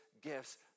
gifts